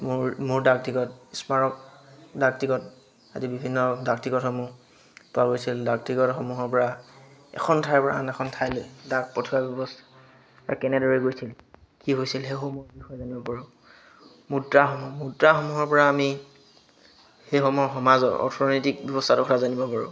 মোৰ মোৰ ডাকটিকট স্মাৰক ডাকটিকত আদি বিভিন্ন ডাক টিকটসমূহ পোৱা গৈছিল ডাক টিকটসমূহৰপৰা এখন ঠাইৰপৰা আন এখন ঠাইলৈ ডাক পঠোৱা ব্যৱস্থা কেনেদৰে গৈছিল কি হৈছিল সেইসমূহ জনাৰ উপৰিও মুদ্ৰাসমূহ মুদ্ৰাসমূহৰপৰা আমি সেইসময়ৰ সমাজৰ অৰ্থনৈতিক ব্যৱস্থাটোৰ কথা জানিব পাৰোঁ